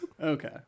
Okay